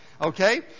Okay